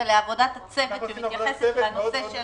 אנחנו עשינו עבודת צוות מאוד מאוד נקודתית.